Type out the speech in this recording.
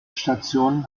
stationen